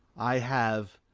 i have,